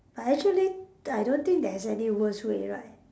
I actually I don't think there's any worse way right